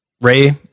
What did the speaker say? Ray